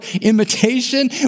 imitation